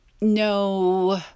no